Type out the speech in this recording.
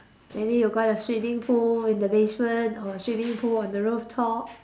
maybe you got your swimming pool in the basement or swimming pool on the rooftop